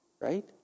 right